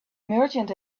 merchant